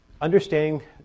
understanding